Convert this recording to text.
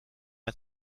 ein